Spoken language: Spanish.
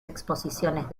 exposiciones